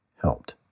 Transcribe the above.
helped